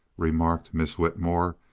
remarked miss whitmore,